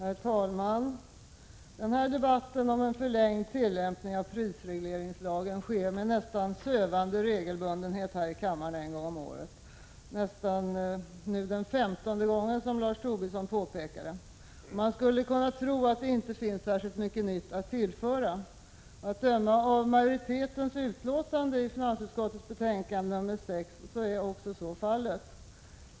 Herr talman! Debatten om förlängd tillämpning av prisregleringslagen sker med nästan sövande regelbundenhet här i kammaren en gång om året. Detta är femtonde gången, som Lars Tobisson påpekade. Man skulle kunna tro att det inte finns mycket nytt att tillföra. Att döma av majoritetens utlåtande i finansutskottets betänkande 6 är så också fallet.